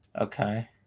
Okay